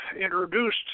introduced